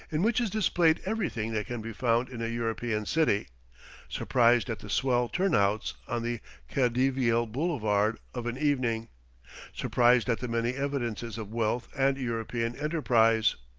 in which is displayed everything that can be found in a european city surprised at the swell turn-outs on the khediveal boulevard of an evening surprised at the many evidences of wealth and european enterprise.